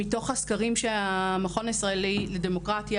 שמתוך הסקרים של המכון הישראלי לדמוקרטיה